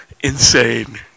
Insane